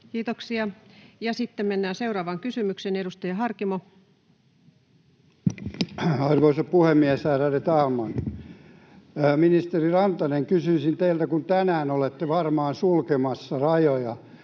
haitallista. Sitten mennään seuraavaan kysymykseen. — Edustaja Harkimo. Arvoisa puhemies! Ärade talman! Ministeri Rantanen, kysyisin teiltä, kun tänään olette varmaan sulkemassa rajoja: